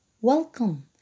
Welcome